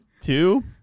two